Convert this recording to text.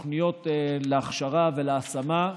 תוכניות להכשרה ולהשמה,